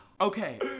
okay